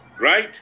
Right